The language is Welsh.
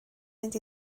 mynd